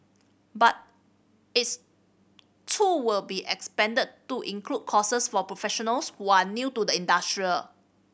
but it's too will be expanded to include courses for professionals who are new to the industrial